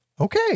Okay